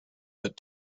but